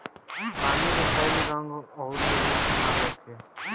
पानी के कोई रंग अउर रूप ना होखें